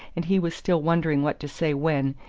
and he was still wondering what to say when,